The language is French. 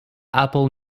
apple